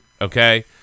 okay